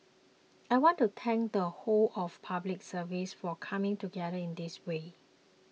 I want to thank the whole of the Public Service for coming together in this way